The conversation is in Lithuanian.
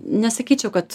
nesakyčiau kad